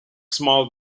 small